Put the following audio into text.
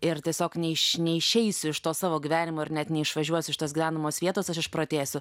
ir tiesiog ne iš neišeisiu iš to savo gyvenimo ar net neišvažiuos iš tos gyvenamos vietos aš išprotėsiu